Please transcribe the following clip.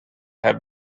have